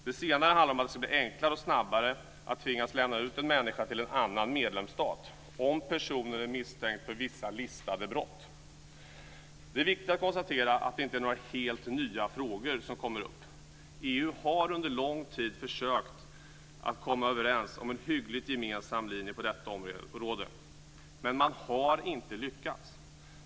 Det senare handlar om att det ska bli enklare och snabbare att tvingas lämna ut en människa till en annan medlemsstat om personen är misstänkt för vissa listade brott. Det är viktigt att konstatera att det inte är några helt nya frågor som kommer upp. EU har under lång tid försökt att komma överens om en hyggligt gemensam linje på detta område. Men man har inte lyckats.